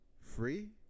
free